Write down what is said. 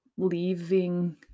leaving